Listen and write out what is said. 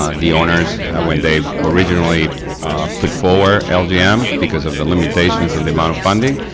ah the owners when they originally put forward and yeah ah lgm because of the limitations of the amount of funding,